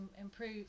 improve